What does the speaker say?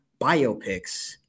biopics